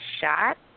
shot